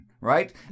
right